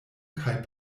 kaj